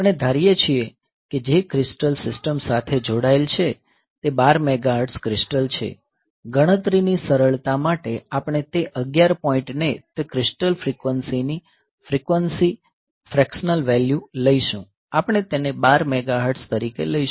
આપણે ધારીએ છીએ કે જે ક્રિસ્ટલ સિસ્ટમ સાથે જોડાયેલ છે તે 12 મેગાહર્ટ્ઝ ક્રિસ્ટલ છે ગણતરીની સરળતા માટે આપણે તે અગિયાર પોઈન્ટ ને તે ક્રિસ્ટલ ફ્રિક્વન્સી ની ફ્રેક્સનલ વેલ્યૂ લઈશું આપણે તેને 12 મેગાહર્ટ્ઝ તરીકે લઈશું